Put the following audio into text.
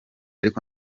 ariko